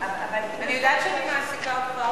אני יודעת שאני מעסיקה אותך הרבה,